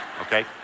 okay